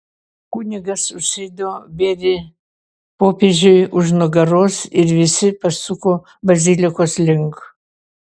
kunigas užsėdo bėrį popiežiui už nugaros ir visi pasuko bazilikos link